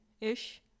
ish